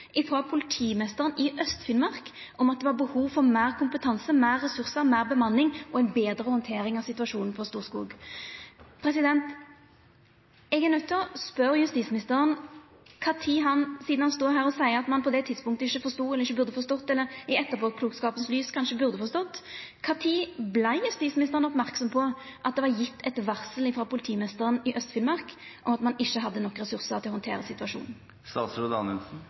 politimeisteren i Aust-Finnmark om at det var behov for meir kompetanse, meir ressursar, meir bemanning og ei betre handtering av situasjonen på Storskog. Eg er nøydd til å spørja justisministeren ‒ sidan han står her og seier at han på det tidspunktet ikkje forstod eller ikkje burde forstått, eller i etterpåklokskapens lys kanskje burde forstått: Kva tid vart justisministeren merksam på at det var gjeve eit varsel frå politimeisteren i Aust-Finnmark om at ein ikkje hadde nok ressursar til å